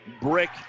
brick